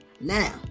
now